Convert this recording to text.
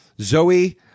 Zoe